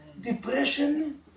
Depression